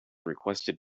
requested